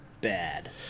bad